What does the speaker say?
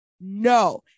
no